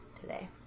today